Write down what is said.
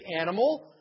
animal